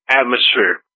atmosphere